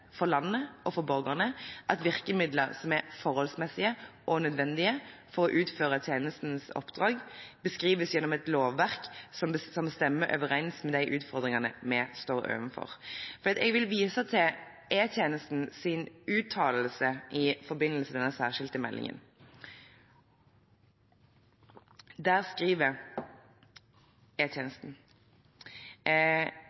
for landet og for borgerne at virkemidler som er forholdsmessige og nødvendige for å utføre tjenestens oppdrag, beskrives gjennom et lovverk som stemmer overens med de utfordringene vi står overfor. Jeg vil vise til E-tjenestens uttalelse i forbindelse med den særskilte meldingen. Der skriver